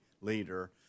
later